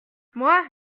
moi